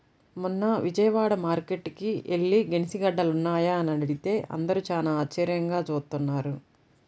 మొన్న విజయవాడ మార్కేట్టుకి యెల్లి గెనిసిగెడ్డలున్నాయా అని అడిగితే అందరూ చానా ఆశ్చర్యంగా జూత్తన్నారు